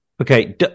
Okay